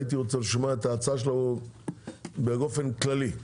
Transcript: והייתי רוצה לשמוע את ההצעה שלו באופן כללי.